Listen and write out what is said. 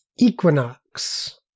Equinox